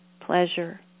pleasure